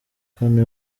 kane